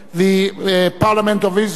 the parliament of Israel,